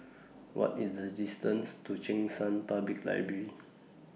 What IS The distance to Cheng San Public Library